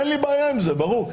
אין לי בעיה עם זה, ברור.